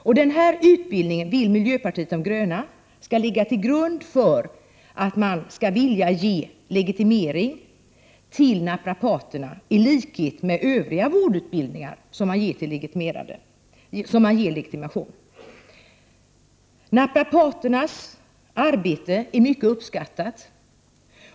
Miljöpartiet de gröna vill att den här utbildningen skall ligga till grund för legitimering av naprapaterna i likhet med vad som gäller för andra vårdutbildningar som får legitimation. Naprapaternas arbete är mycket uppskattat.